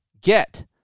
get